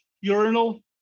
urinal